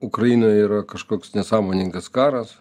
ukrainoj yra kažkoks nesąmoningas karas